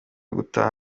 gutaha